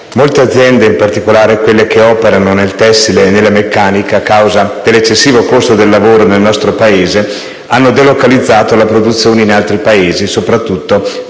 Molte aziende, in particolare quelle che operano nel tessile e nella meccanica, a causa dell'eccessivo costo del lavoro nel nostro Paese hanno delocalizzato la produzione in altri Paesi, soprattutto